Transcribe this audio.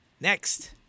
next